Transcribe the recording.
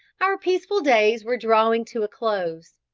our peaceful days were drawing to a close.